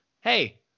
hey